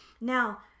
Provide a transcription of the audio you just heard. Now